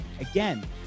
Again